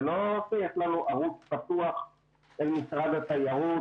זה לא שיש לנו ערוץ פתוח אל משרד התיירות